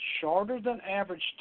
shorter-than-average